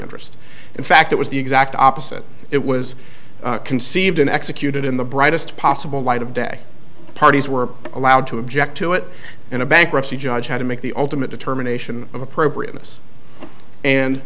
interest in fact it was the exact opposite it was conceived and executed in the brightest possible light of day the parties were allowed to object to it in a bankruptcy judge had to make the ultimate determination of appropriateness and